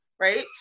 right